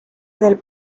del